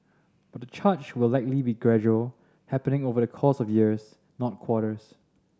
but the charge will likely be gradual happening over the course of years not quarters